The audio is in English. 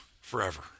forever